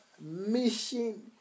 mission